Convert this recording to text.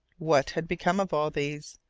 what had become of all these?